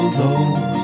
low